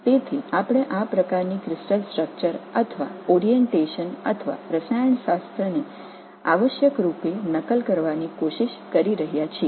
எனவே இந்த வகையான படிக அமைப்பு அல்லது நோக்குநிலை அல்லது வேதியியலை அடிப்படையில் பிரதிபலிக்க முயற்சிக்கிறோம்